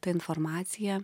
ta informacija